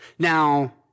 Now